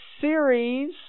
series